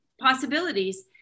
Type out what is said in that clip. possibilities